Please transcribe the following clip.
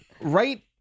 Right